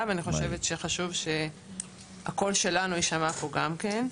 ואני חושבת שחשוב שהקול שלנו יישמע גם פה.